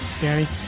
Danny